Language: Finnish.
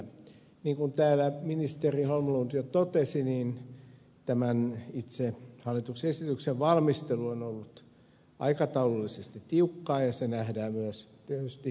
niin kuin täällä ministeri holmlund jo totesi itse tämän hallituksen esityksen valmistelu on ollut aikataulullisesti tiukkaa ja se nähdään myös tietysti työn jäljessä